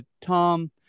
Tom